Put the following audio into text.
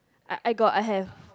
I I got I have